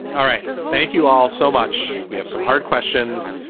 all right. thank you all so much. we have some hard questions.